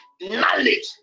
knowledge